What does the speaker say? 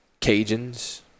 Cajuns